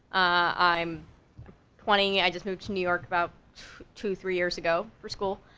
i'm twenty, i just moved to new york about two, three years ago, for school,